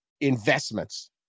investments